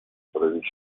паралича